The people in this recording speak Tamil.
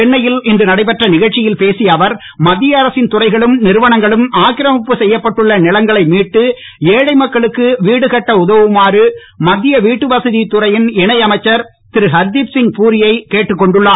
சென்னையில் இன்று நடைபெற்ற நிகழ்ச்சியில் பேசிய அவர் மத்திய அரசின் துறைகளும் நிறுவனங்களும் ஆக்கிரமிப்பு செய்யப்பட்டுள்ள நிலங்களை மீட்டு ஏழை மக்களுக்கு வீடு கட்ட உதவுமாறு மத்திய வீட்டுவசதித் துறையின் இணை அமைச்சர் திருஹர்தீப் சிங் பூரி யை கேட்டுக்கொண்டுள்ளார்